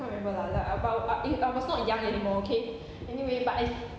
I can't remember lah like about uh eh I was not young anymore okay anyway but I